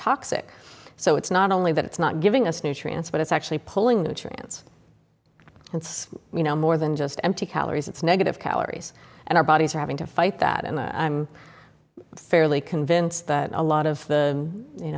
toxic so it's not only that it's not giving us nutrients but it's actually pulling nutrients and you know more than just empty calories it's negative calories and our bodies are having to fight that and i'm fairly convinced that a lot of the you